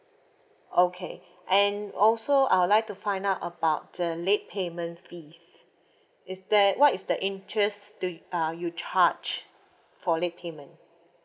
okay and also I would like to find out about the late payment fees is that what is the interest to y~ uh you charge for late payment